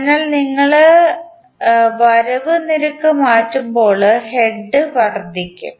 അതിനാൽ നിങ്ങൾ വരവ് നിരക്ക് മാറ്റുമ്പോൾ ഹെഡ് വർദ്ധിക്കും